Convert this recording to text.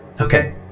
Okay